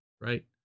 right